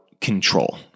control